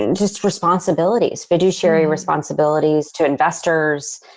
and just responsibilities, fiduciary responsibilities to investors.